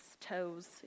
toes